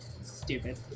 Stupid